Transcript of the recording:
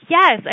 Yes